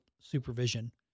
supervision